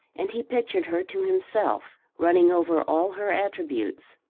and he pictured her to himself, running over all her attributes.